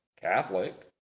Catholic